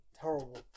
Terrible